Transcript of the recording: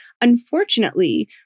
unfortunately